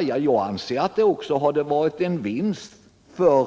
Jag anser att det också hade varit en vinst för